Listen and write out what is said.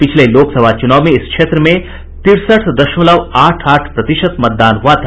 पिछले लोकसभा चुनाव में इस क्षेत्र में तिरसठ दशमलव आठ आठ प्रतिशत मतदान हुआ था